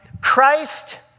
Christ